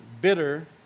bitter